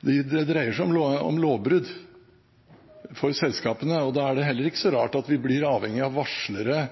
at vi blir avhengig av varslere,